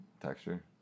texture